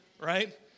right